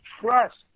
trust